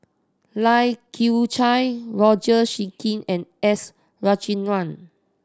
Lai Kew Chai Roger and S